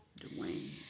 Dwayne